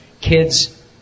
kids